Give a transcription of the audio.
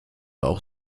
auch